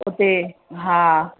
उते हा